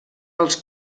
els